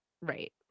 Right